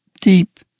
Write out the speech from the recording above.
deep